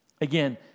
again